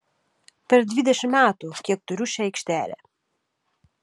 per dvidešimt metų kiek turiu šią aikštelę